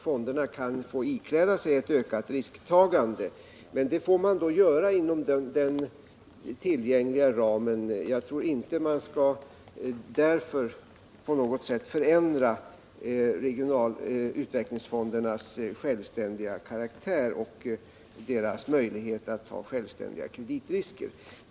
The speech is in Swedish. Fonderna kan få ikläda sig ett ökat risktagande, men det får då ske inom den tillgängliga ramen. Jag tror inte att man därför på något sätt skall påverka utvecklingsfondernas karaktär av självständiga organ och därmed förändra deras möjligheter att självständigt ta kreditrisker.